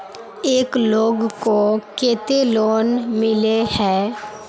एक लोग को केते लोन मिले है?